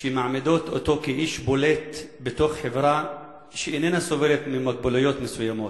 שמעמידות אותו כאיש בולט בתוך חברה שאיננה סובלת ממוגבלויות מסוימות.